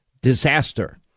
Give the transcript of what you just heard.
Disaster